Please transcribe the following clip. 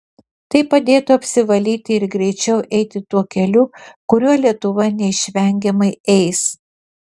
tai padėtų apsivalyti ir greičiau eiti tuo keliu kuriuo lietuva neišvengiamai eis